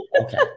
okay